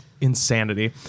insanity